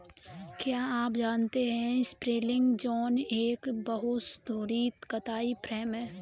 क्या आप जानते है स्पिंनिंग जेनि एक बहु धुरी कताई फ्रेम है?